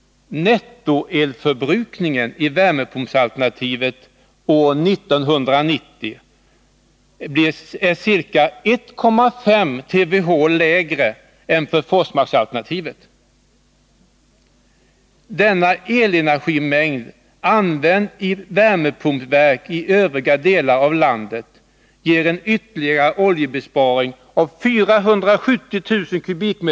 Nettoelförbrukningen i värmepumpalternativet är år 1990 ca 1,5 TWhe/år läge än för Forsmarkalternativet. Denna elenergimängd använd i värme pumpverk i övriga delar av landet ger en ytterligare oljebesparing på ca 470 000 m?